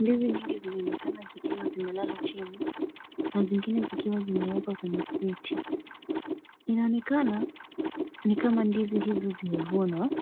Ndizi nyingi zinaonekana zikiwa zimelala chini na zingine zikiwa zimmekwa kwenye kreti. Inaonekana ni kama ndizi hizi zimevunwa